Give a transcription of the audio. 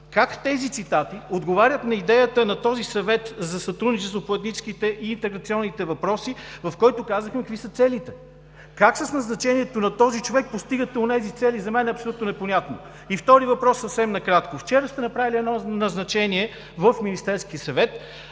Как тези цитати отговарят на идеята на този Съвет за сътрудничество по етническите и интеграционни въпроси, в който казахме какви са целите? Как с назначаването на този човек постигате онези цели, за мен е абсолютно непонятно. Втори въпрос – съвсем накратко. Вчера сте направили едно назначение в Министерския съвет